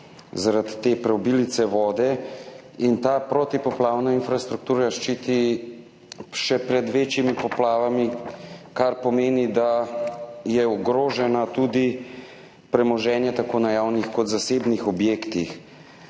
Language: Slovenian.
zaradi te preobilice vode. In ta protipoplavna infrastruktura ščiti še pred večjimi poplavami, kar pomeni, da je ogroženo tudi premoženje tako na javnih kot zasebnih objektih.